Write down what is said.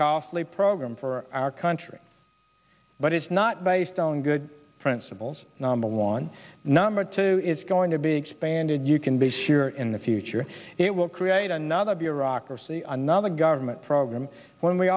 costly program for our country but it's not based on good principles number one number two it's going to be expanded you can be sure in the future it will create another bureaucracy another government program when we